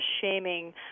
shaming